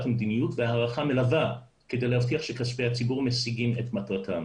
המדיניות והערכה מלווה כדי להבטיח שכספי הציבור משיגים את מטרתם.